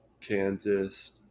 Kansas